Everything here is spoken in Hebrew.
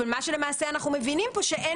אבל מה שלמעשה אנחנו מבינים פה שאין